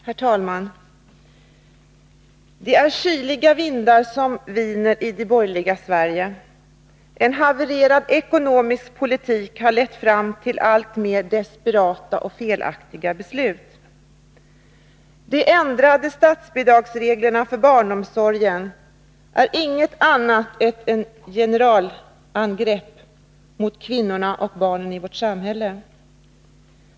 Herr talman! Det är kyliga vindar som viner i det borgerliga Sverige. En havererad ekonomisk politik har lett fram till alltmer desperata och felaktiga beslut. Ändringarna i statsbidragsreglerna för barnomsorgen är inget annat än ett generalangrepp mot kvinnorna och barnen i vårt samhälle.